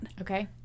Okay